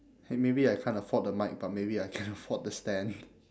!hey! maybe I can't afford the mic but maybe I can afford the stand